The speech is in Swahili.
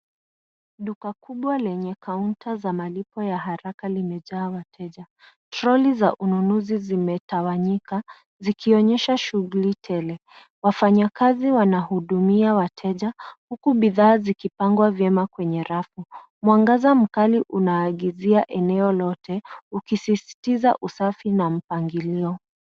Duka kubwa lenye kaunta za malipo ya haraka limejaa wateja. Troli za ununuzi zimetawanyika zikionyesha shughuli tele. Wafanyikazi wanahudumia wateja huku bidhaa zikipangwa vyema kwenye rafu. Mwangaza mkali unaangazia eneo lote ukisisitiza usafi na mpangilio.